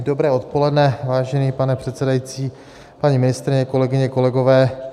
Dobré odpoledne, vážený pane předsedající, paní ministryně, kolegyně, kolegové.